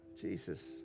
Jesus